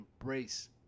embrace